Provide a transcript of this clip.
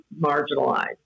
marginalized